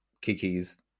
Kiki's